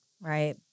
Right